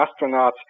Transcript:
astronauts